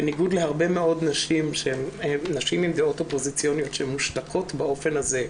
בניגוד להרבה מאוד נשים עם דעות אופוזיציוניות שמושתקות באופן הזה,